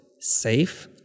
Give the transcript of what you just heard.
safe